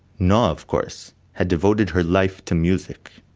noa, of course, had devoted her life to music,